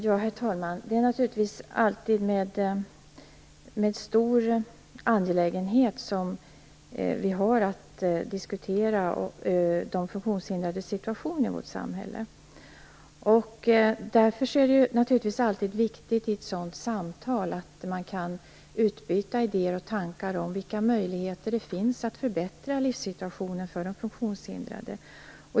Herr talman! Det är naturligtvis alltid väldigt angeläget för oss att diskutera de funktionshindrades situation i vårt samhälle. Därför är det alltid viktigt att man i det samtalet kan utbyta idéer och tankar om vilka möjligheter som finns när det gäller att förbättra livssituationen för de funktionshindrade.